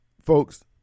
folks